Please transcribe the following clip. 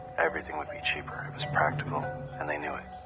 i ieverything would be cheaper. it was practical and they knew it.